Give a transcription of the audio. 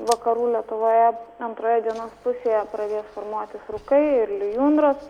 vakarų lietuvoje antroje dienos pusėje pradės formuotis rūkai ir lijundros